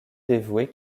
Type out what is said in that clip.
dévouée